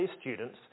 students